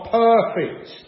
perfect